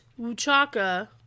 Wuchaka